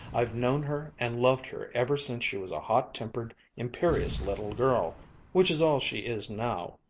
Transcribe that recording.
i've known her and loved her ever since she was a hot-tempered, imperious little girl which is all she is now.